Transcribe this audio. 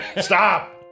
Stop